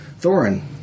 Thorin